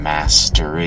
Master